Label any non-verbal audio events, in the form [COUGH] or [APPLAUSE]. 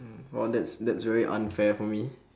[NOISE] oh that's that's very unfair for me